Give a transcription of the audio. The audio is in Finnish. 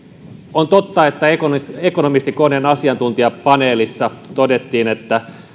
on totta että ekonomistikoneen asiantuntijapaneelissa todettiin että